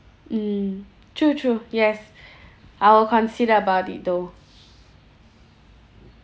mm true true yes I will consider about it though